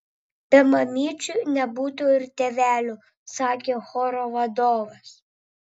be mamyčių nebūtų ir tėvelių sakė choro vadovas